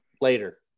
later